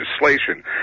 legislation